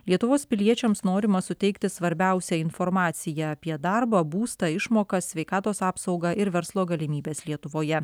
lietuvos piliečiams norima suteikti svarbiausią informaciją apie darbą būstą išmokas sveikatos apsaugą ir verslo galimybes lietuvoje